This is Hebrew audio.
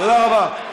תודה רבה.